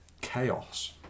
chaos